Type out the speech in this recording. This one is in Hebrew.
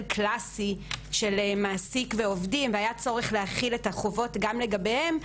קלאסי של מעסיק ועובדים והיה צורך להחיל את החובות גם לגביהם,